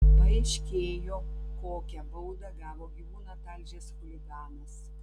paaiškėjo kokią baudą gavo gyvūną talžęs chuliganas